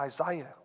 Isaiah